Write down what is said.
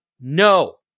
No